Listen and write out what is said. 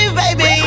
baby